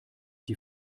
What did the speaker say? die